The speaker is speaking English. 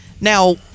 Now